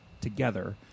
together